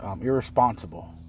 Irresponsible